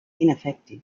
ineffective